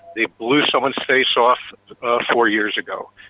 they blew someone's face off four years ago.